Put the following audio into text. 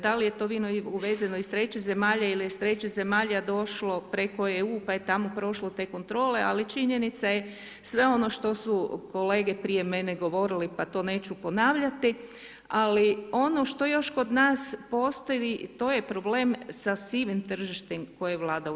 Da li je to vino uvezeno iz trećih zemalja ili je iz trećih zemalja došlo preko EU, pa je tamo prošlo te kontrole, ali činjenica je sve ono što su kolege prije mene govorili pa to neću ponavljati, ali ono što još kod nas postoji to je problem sa sivim tržištem koji vlada u RH.